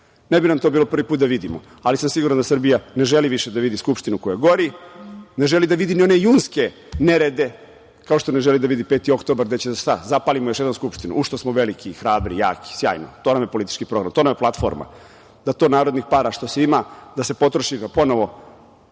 ne bi nam to bilo prvi put da vidimo, ali sam siguran da Srbija ne želi više da vidi Skupštinu koja gori, ne želi da vidi ni one julske nerede, kao što ne želi da vidi 5. oktobar, gde ćemo, šta, da zapalimo još jednom Skupštinu. Uh što smo veliki i hrabri, jaki, sjajni, to nam je politički program, to nam je platforma, da to narodnih para što se ima, da se potroši da ponovo